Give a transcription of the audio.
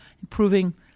improving